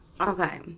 Okay